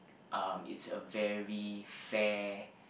um it's a very fair